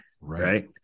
Right